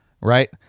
Right